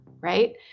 right